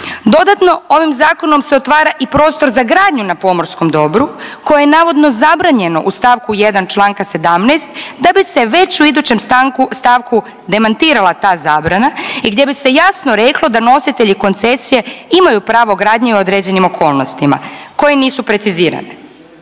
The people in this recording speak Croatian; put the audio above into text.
Dodatno ovim zakonom se otvara i prostor za gradnju na pomorskom dobru koje ne navodno zabranjeno u stavku 1. Članka 17. da bi se već u idućem stavku demantirala ta zabrana i gdje bi se jasno reklo da nositelji koncesije imaju pravo gradnje u određenim okolnostima koje nisu precizirane.